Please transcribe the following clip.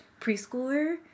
preschooler